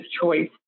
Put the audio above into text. choice